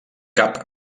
cap